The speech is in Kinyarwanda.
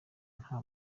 nta